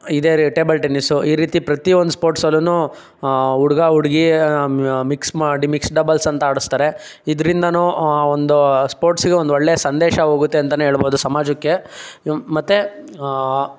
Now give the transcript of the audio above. ಇದೇ ರೀ table tennis ಈ ರೀತಿ ಪ್ರತಿಯೊಂದು ಸ್ಪೋರ್ಟ್ಸಲ್ಲು ಹುಡುಗ ಹುಡುಗಿ ಮಿಕ್ಸ್ ಮಾಡಿ ಮಿಕ್ಸ್ ಡಬಲ್ಸ್ ಅಂತ ಆಡಸ್ತಾರೆ ಇದರಿಂದನೂ ಒಂದು ಸ್ಪೋರ್ಟ್ಸಿಗೆ ಒಂದೊಳ್ಳೆಯ ಸಂದೇಶ ಹೋಗುತ್ತೆ ಅಂತನೇ ಹೇಳ್ಬೋದು ಸಮಾಜಕ್ಕೆ ಮತ್ತು